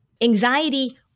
Anxiety